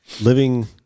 living